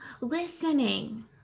listening